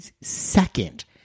second